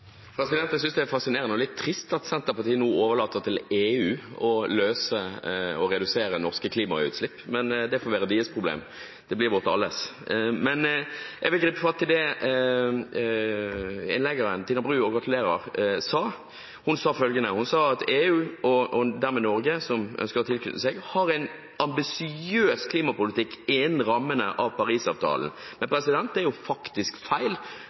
og litt trist at Senterpartiet nå overlater til EU å redusere norske klimautslipp, men det får være deres problem – det blir vårt alles. Men jeg vil gripe fatt i det Tina Bru – gratulerer – sa i innlegget sitt. Hun sa at EU – og dermed Norge, som ønsker å tilknytte seg – har en ambisiøs klimapolitikk innenfor rammene av Paris-avtalen. Det er faktisk feil,